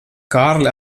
kārli